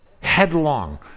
headlong